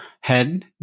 Head